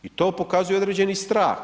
I to pokazuje određeni strah.